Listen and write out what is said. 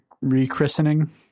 rechristening